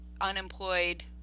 unemployed